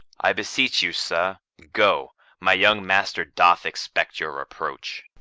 i beseech you, sir, go my young master doth expect your reproach.